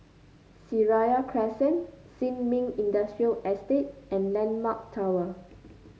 Seraya Crescent Sin Ming Industrial Estate and landmark Tower